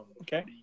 Okay